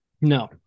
no